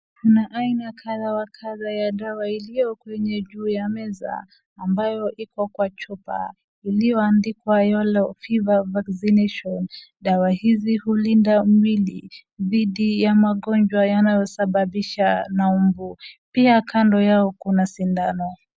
Kuna aina kadha wa kadha ya dawa iliyo kwenye juu ya meza ambayo iko kwa chupa iliyoandikwa yellow fever vaccination ,dawa hizi hulinda miili dhidi ya magonjwa yanayosababishwa na mbu, pia kando yao kuna sindano